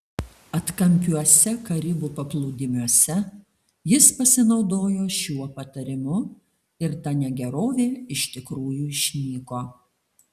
atkampiuose karibų paplūdimiuose jis pasinaudojo šiuo patarimu ir ta negerovė iš tikrųjų išnyko